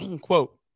quote